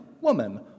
woman